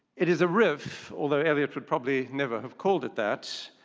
it is a riff, although eliot would probably never have called it that,